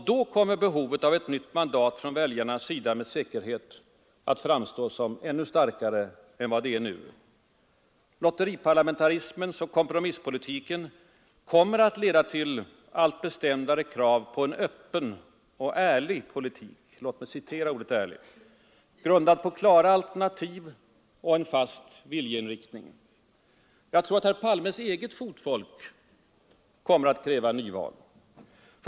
Då kommer behovet av ett nytt mandat från väljarnas sida med säkerhet att framstå som ännu starkare än nu. Lotteriparlamentarismen och kompromisspolitiken kommer att leda till allt bestämdare krav på en öppen och ”ärlig” politik, grundad på klara alternativ och en fast viljeinriktning. Herr Palmes eget fotfolk kommer att kräva nyval.